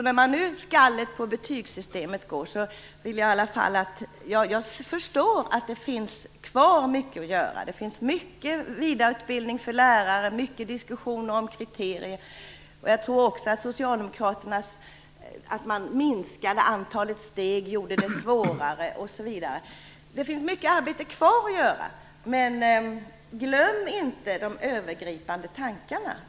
När nu skallet på betygssystemet går förstår jag att det finns mycket arbete kvar att göra - vidareutbildning för lärare, diskussion om kriterier; jag tror också att det faktum att man minskade antalet steg gjorde det svårare. Men glöm inte de övergripande tankarna!